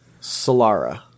Solara